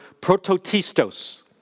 prototistos